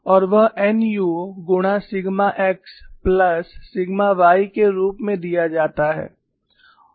और वह nu गुणा सिग्मा x प्लस सिग्मा y के रूप में दिया जाता है